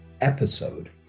episode